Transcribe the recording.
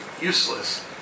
useless